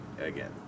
again